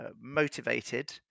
motivated